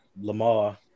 Lamar